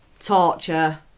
Torture